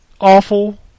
awful